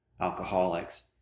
alcoholics